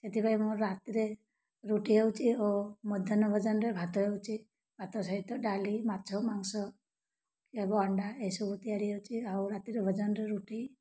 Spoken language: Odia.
ସେଥିପାଇଁ ମୁଁ ରାତିରେ ରୁଟି ହେଉଛି ଓ ମଧ୍ୟାହ୍ନ ଭୋଜନରେ ଭାତ ହେଉଛି ଭାତ ସହିତ ଡ଼ାଲି ମାଛ ମାଂସ କି ଅଣ୍ଡା ଏସବୁ ତିଆରି ହେଉଛି ଆଉ ରାତିରେ ଭୋଜନରେ ରୁଟି